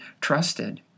trusted